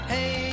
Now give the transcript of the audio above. Hey